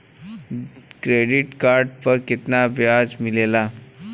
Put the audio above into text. Credit card पर कितना ब्याज लगेला?